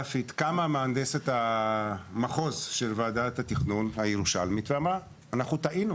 מהנדסת המחוז של ועדת התכנון הירושלמית אמרה בוועדה הגיאוגרפית: טעינו,